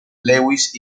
lewis